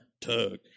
Tug